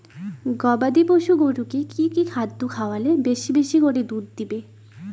গবাদি পশু গরুকে কী কী খাদ্য খাওয়ালে বেশী বেশী করে দুধ দিবে?